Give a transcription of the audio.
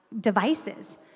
devices